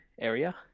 area